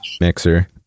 mixer